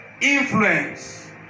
influence